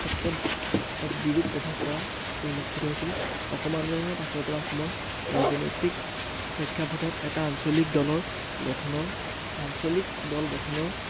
ক্ষেত্ৰত এক বিৰূপ প্ৰভাৱ পৰা পৰিলক্ষিত হৈছিলে অসম আন্দোলনৰ পাছৰ পৰা অসমৰ ৰাজনৈতিক প্ৰেক্ষাপথত এটা আঞ্চলিক দলৰ গঠনৰ আঞ্চলিক দল গঠনৰ